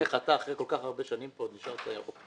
איך אתה אחרי כל כך הרבה שנים כאן עוד נשארת אופטימי.